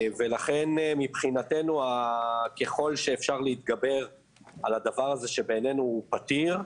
ולכן מבחינתנו ככול שאפשר להתגבר על הדבר הזה שבעניינו הוא פתיר,